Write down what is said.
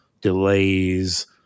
delays